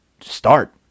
start